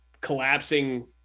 collapsing